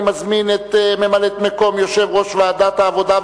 אני מזמין את ממלאת-מקום יושב-ראש ועדת העבודה,